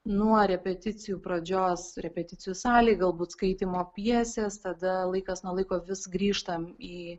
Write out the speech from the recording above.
nuo repeticijų pradžios repeticijų salėj galbūt skaitymo pjesės tada laikas nuo laiko vis grįžtam į